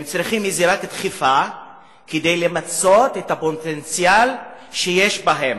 הם צריכים רק דחיפה כדי למצות את הפוטנציאל שיש בהם.